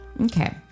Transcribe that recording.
Okay